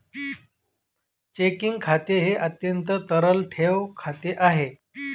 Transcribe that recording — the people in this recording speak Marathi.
चेकिंग खाते हे अत्यंत तरल ठेव खाते आहे